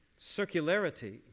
circularity